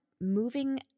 moving